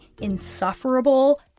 insufferable